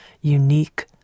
unique